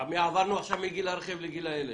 עברנו עכשיו מגיל הרכב לגיל הילד.